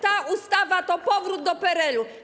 Ta ustawa to powrót do PRL-u.